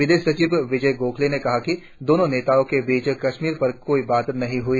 विदेश सचिव वियज गोखले ने कहा कि दोनों नेताओं के बीच कश्मीर पर कोई बात नहीं हुई